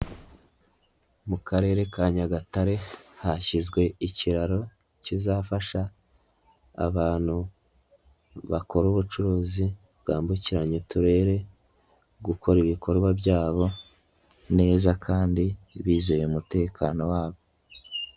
Mu karere ka nyagatare hashyizwe ikiraro kizafasha abantu bakora ubucuruzi bwambukiranya uturere, gukora ibikorwa byabo neza kandi bizeye umutekano wabo.